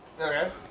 Okay